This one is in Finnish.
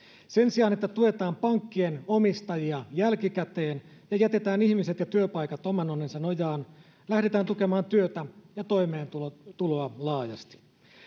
sen sijaan että tuetaan pankkien omistajia jälkikäteen ja jätetään ihmiset ja työpaikat oman onnensa nojaan lähdetään tukemaan työtä ja toimeentuloa laajasti